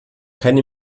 keine